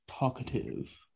talkative